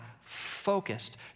focused